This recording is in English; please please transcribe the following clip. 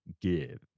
give